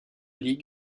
league